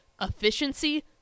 efficiency